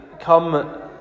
come